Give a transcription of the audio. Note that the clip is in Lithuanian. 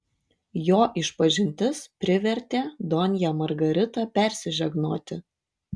jo išpažintis privertė donją margaritą persižegnoti